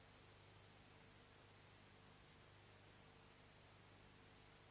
Grazie,